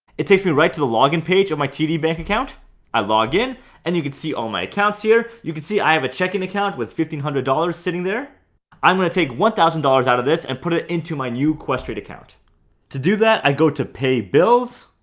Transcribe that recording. it takes me right to the login and page of my td bank account i log in and you can see all my accounts here you can see i have a checking account with fifteen hundred dollars sitting there i'm going to take one thousand dollars out of this and put it into my new questrade account to do that i go to pay bills